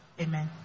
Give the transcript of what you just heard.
Amen